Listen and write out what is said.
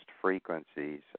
frequencies